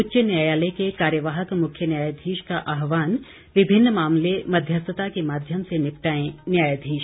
उच्च न्यायालय के कार्यवाहक मुख्य न्यायाधीश का आहवान विभिन्न मामले मध्यस्थता के माध्यम से निपटाएं न्यायाधीश